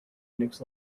unix